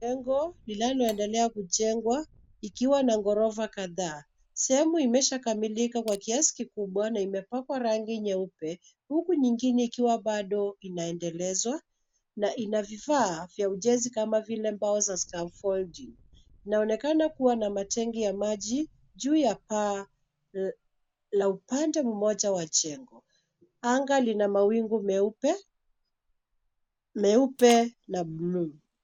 Jengo linaloendelea kujengwa ikiwa na gorofa kadhaa. Sehemu imeshakamilika kwa kiasi kikubwa na imepakwa rangi nyeupe, huku nyingine ikiwa bado inaendelezwa na ina vifaa vya ujenzi kama vile mbau za scaffolding . Inaonekana kuwa na matangi ya maji juu ya paa la upande mmoja wa jengo. Anga lina mawingu meupe na bluu.